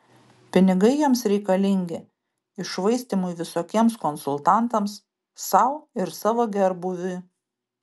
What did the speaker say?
pinigai jiems reikalingi iššvaistymui visokiems konsultantams sau ir savo gerbūviui